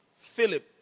Philip